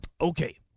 Okay